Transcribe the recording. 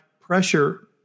pressure